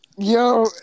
Yo